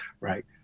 right